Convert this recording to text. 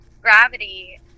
gravity